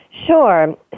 Sure